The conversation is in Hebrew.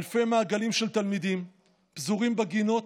אלפי מעגלים של תלמידים פזורים בגינות,